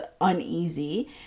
uneasy